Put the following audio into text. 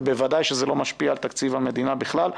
ובוודאי שזה לא משפיע על תקציב המדינה בכלל.